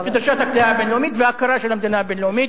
כדרישת הקהילה הבין-לאומית וההכרה של הקהילה הבין-לאומית.